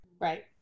Right